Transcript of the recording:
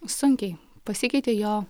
sunkiai pasikeitė jo